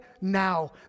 now